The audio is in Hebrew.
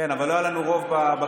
כן, אבל לא היה לנו רוב בכנסת.